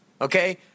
okay